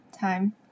time